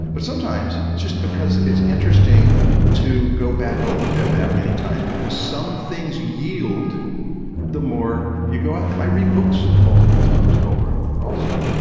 but sometimes, it's just because it's interesting to go back over them that many times because some things yield the more you go out there. i read books multiple times over and over also.